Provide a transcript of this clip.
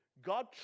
God